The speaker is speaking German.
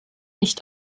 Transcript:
nicht